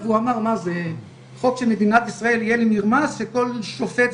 נאמר לי על ידי רופא מאוד בכיר במיון שאין לי שום דבר,